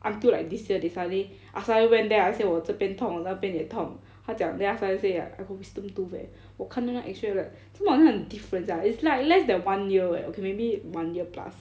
until like this year they suddenly I suddenly went there I say 我这边痛我那边也痛他讲 then 他 suddenly say like I got wisdom tooth eh 我看到那个 X-ray 我 like 做么好像很 different sia is like less than one year eh okay maybe one year plus